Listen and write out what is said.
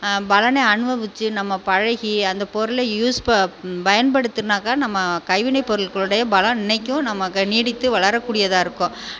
பலனை அனுபவித்து நம்ம பழகி அந்த பொருளை யூஸ் ப பயன்படுத்தினாக்கா நம் கைவினைப் பொருட்களுடைய பலன் இன்றைக்கும் நமக்கு நீடித்து வளரக்கூடியதாக இருக்கும்